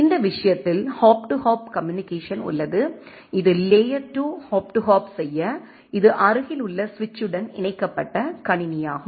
இந்த விஷயத்தில் hop to hop communication உள்ளது இது லேயர் 2 ஹாப் டு ஹாப் செய்ய இது அருகிலுள்ள சுவிட்சுடன் இணைக்கப்பட்ட கணினி ஆகும்